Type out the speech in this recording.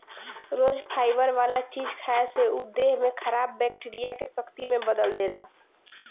रोज fibre वाला चीज खाए से उ देह में खराब बैक्टीरिया के शक्ति में बदल देला